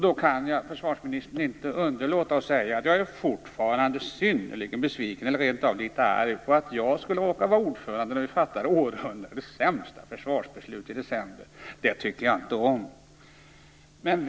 Då kan jag, försvarsministern, inte underlåta att säga att jag fortfarande är synnerligen besviken, eller rent av litet arg, över att jag skulle var ordförande i försvarsutskottet då vi fattade århundradets sämsta försvarsbeslut i december. Det tycker jag inte om!